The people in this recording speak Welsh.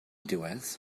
diwedd